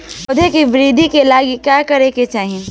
पौधों की वृद्धि के लागी का करे के चाहीं?